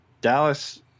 Dallas